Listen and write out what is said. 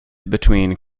between